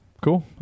cool